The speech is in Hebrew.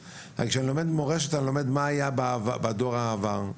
כשאני לומד מורשת אני לומד מה היה בדור הקודם.